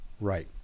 Right